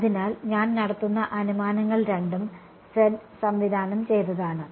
അതിനാൽ ഞാൻ നടത്തുന്ന അനുമാനങ്ങൾ രണ്ടും z സംവിധാനം ചെയ്തതാണ്